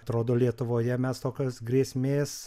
atrodo lietuvoje mes tokios grėsmės